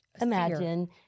imagine